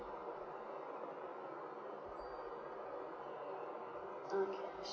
okay